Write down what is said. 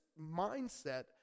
mindset